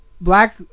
Black